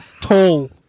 Tall